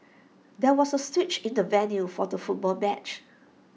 there was A switch in the venue for the football match